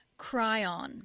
Cryon